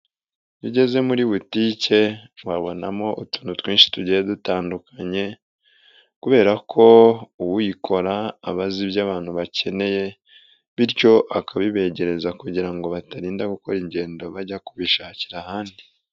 Iyo ugeze muri buritike wabonamo utuntu twinshi tugiye dutandukanye kubera ko uwuyikora aba azi ibyo abantu bakeneye bityo akabibegereza kugira ngo ba batarinda gukora ingendo bajya kubishakira ahandi.